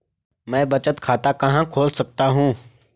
मैं बचत खाता कहां खोल सकता हूँ?